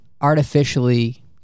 artificially